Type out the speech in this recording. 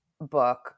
book